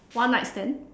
one night stand